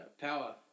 power